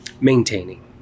Maintaining